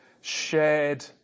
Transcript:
shared